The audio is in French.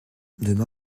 demain